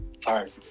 sorry